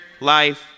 life